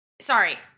Sorry